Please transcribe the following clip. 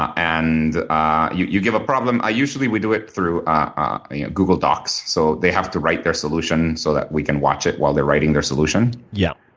and ah you you give a problem. usually we do it through ah google docs. so they have to write their solution so that we can watch it while they're writing their solution. yeah,